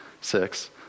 six